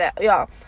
Y'all